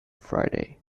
friday